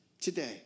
today